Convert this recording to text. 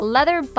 Leather